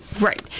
Right